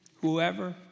Whoever